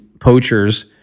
poachers